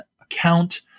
account